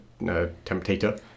temptator